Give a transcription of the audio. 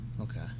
Okay